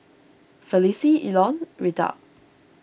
Felicie Elon Rita